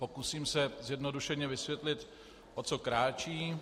Pokusím se zjednodušeně vysvětlit, o co kráčí.